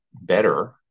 better